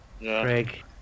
Craig